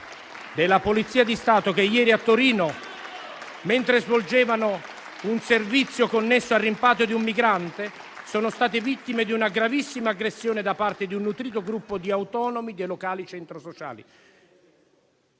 della Polizia di Stato che ieri, a Torino, mentre svolgevano un servizio connesso al rimpatrio di un migrante, sono stati vittime di una gravissima aggressione da parte di un nutrito gruppo di autonomi dei locali centri sociali.